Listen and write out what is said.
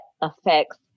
affects